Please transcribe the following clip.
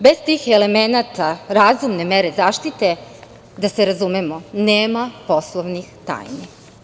Bez tih elemenata, razumne mere zaštite, da se razumemo, nema poslovne tajne.